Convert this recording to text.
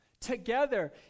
Together